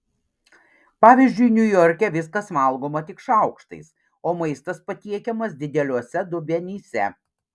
pavyzdžiui niujorke viskas valgoma tik šaukštais o maistas patiekiamas dideliuose dubenyse